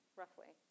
roughly